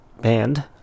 band